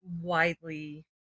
widely